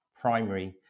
primary